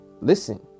Listen